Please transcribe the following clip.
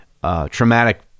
traumatic